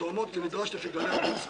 לכן